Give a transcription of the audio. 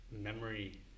memory